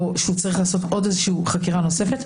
או שהוא צריך לעשות חקירה נוספת,